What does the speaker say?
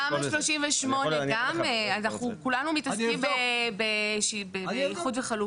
תמ"א 38 גם, אנחנו כולנו מתעסקים באיחוד וחלוקה.